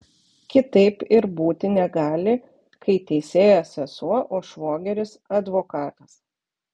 kitaip ir būti negali kai teisėja sesuo o švogeris advokatas